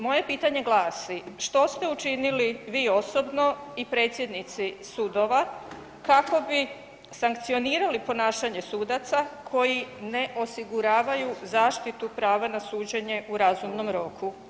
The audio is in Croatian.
Moje pitanje glasi, što ste učinili vi osobno i predsjednici sudova kako bi sankcionirali ponašanje sudaca koji ne osiguravaju zaštitu prava na suđenje u razumnom roku?